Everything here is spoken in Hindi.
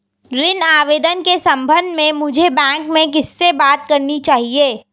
ऋण आवेदन के संबंध में मुझे बैंक में किससे बात करनी चाहिए?